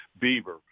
Beaver